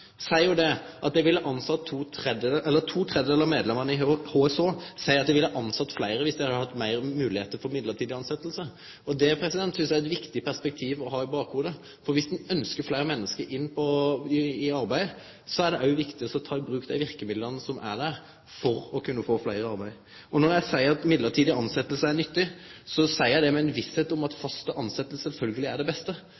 To tredelar av medlemene i HSH seier at dei ville tilsett fleire viss dei kunne hatt fleire midlertidige tilsetjingar. Det synest eg er eit viktig perspektiv å ha i bakhovudet. For viss ein ønskjer fleire menneske i arbeid, er det viktig å ta i bruk dei verkemidla som er der for å kunne få fleire i arbeid. Når eg seier at midlertidige tilsetjingar er nyttige, seier eg det i visse om at